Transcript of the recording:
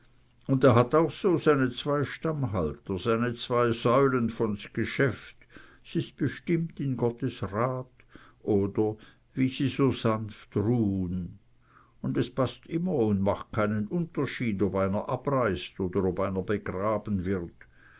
un er hat auch so seine zwei stammhalter seine zwei säulen vons geschäft s is bestimmt in gottes rat oder wie sie so sanft ruhn un es paßt immer un macht keinen unterschied ob einer abreist oder ob einer begraben wird